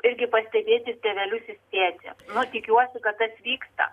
visgi pastebėti ir tėvelius įspėti nu tikiuosi kad tas vyksta